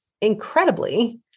incredibly